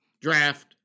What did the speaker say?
draft